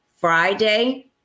Friday